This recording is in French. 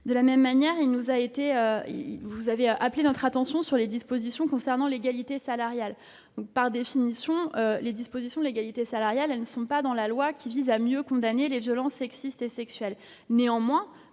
De la même manière, vous avez appelé notre attention sur les dispositions concernant l'égalité salariale. Par définition, celles-ci ne figurent pas dans un texte qui vise à mieux condamner les violences sexistes et sexuelles. Néanmoins,